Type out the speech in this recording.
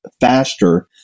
faster